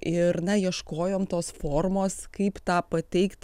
ir na ieškojom tos formos kaip tą pateikt